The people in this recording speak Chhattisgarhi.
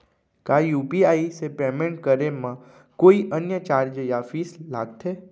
का यू.पी.आई से पेमेंट करे म कोई अन्य चार्ज या फीस लागथे?